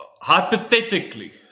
hypothetically